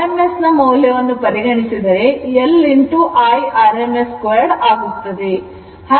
rms ಮೌಲ್ಯವನ್ನು ಪರಿಗಣಿಸಿದರೆ L IRms 2 ಆಗುತ್ತದೆ